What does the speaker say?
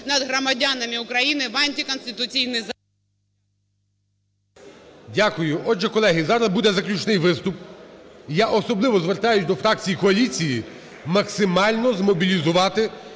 над громадянами України в антиконституційний… ГОЛОВУЮЧИЙ. Дякую. Отже, колеги, зараз буде заключний виступ. Я особливо звертаюсь до фракцій коаліції максимально змобілізувати